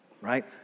right